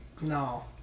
No